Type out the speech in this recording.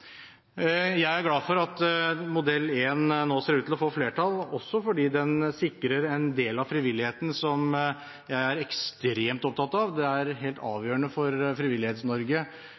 Jeg er glad for at modell 1 nå ser ut til å få flertall, også fordi den sikrer en del av frivilligheten som jeg er ekstremt opptatt av. Det er helt avgjørende for